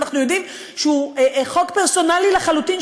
אנחנו יודעים שהוא חוק פרסונלי לחלוטין,